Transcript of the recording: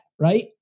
right